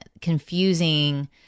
confusing